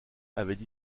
avaient